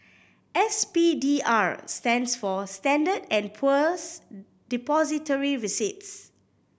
S P D R stands for Standard and Poor's Depository Receipts